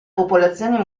popolazioni